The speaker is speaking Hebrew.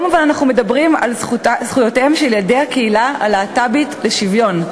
אבל היום אנחנו מדברים על זכויותיהם של ילדי הקהילה הלהט"בית לשוויון.